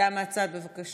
הודעה מהצד, בבקשה.